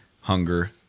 hunger